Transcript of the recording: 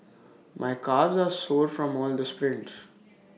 my calves are sore from all the sprints